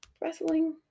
wrestling